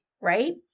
right